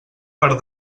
part